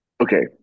Okay